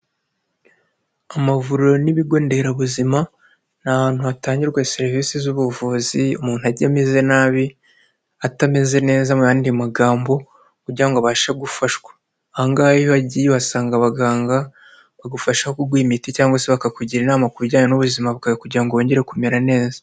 Amavuriro n'ibigo nderabuzima ni ahantu hatangirwa serivisi z'ubuvuzi umuntu ajya ameze nabi atameze neza mu yandi magambo kugira ngo abashe gufashwa, aha ngaha iyo uhagiye uhasanga abaganga bagufasha ku kuguha imiti cyangwa se bakakugira inama ku bijyanye n'ubuzima bwawe kugira ngo wongere kumera neza.